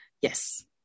Yes